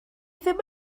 ddim